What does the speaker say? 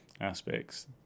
aspects